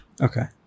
Okay